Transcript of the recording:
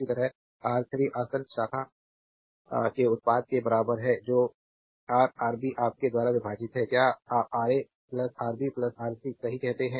इसी तरह R3 आसन्न शाखा के उत्पाद के बराबर है जो रा आरबी आपके द्वारा विभाजित है क्या आप Ra आरबी आर सी सही कहते हैं